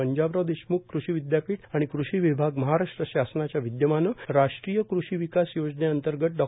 पंजाबराव देशमुख कृषि विद्यापीठ आणि कृषि विभाग महाराष्ट्र शासनाच्या विद्यमानं राष्ट्रीय कृषिविकास योजने अंतर्गत डॉ